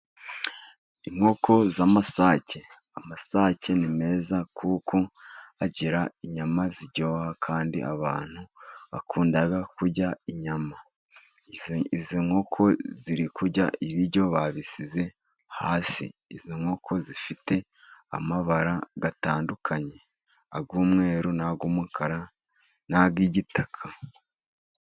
Inkoko z'amasake. Amasake ni meza kuko agira inyama ziryoha, kandi abantu bakunda kurya inyama. Izo nkoko ziri kurya ibiryo babisize hasi. Izo nkoko zifite amabara atandukanye. Ay'umweru, n'ay'umukara, n'ay'igitaka.